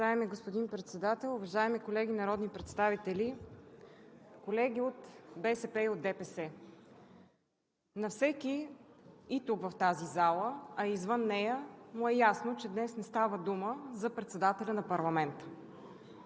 Уважаеми господин Председател, уважаеми колеги народни представител, колеги от БСП и от ДПС! На всеки в тази зала, а и извън нея, му е ясно, че днес не става дума за председателя на парламента.